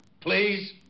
please